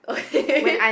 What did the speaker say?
okay